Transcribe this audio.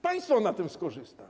Państwo na tym skorzysta.